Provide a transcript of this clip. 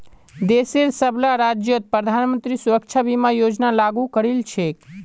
देशेर सबला राज्यत प्रधानमंत्री सुरक्षा बीमा योजना लागू करील छेक